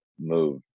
move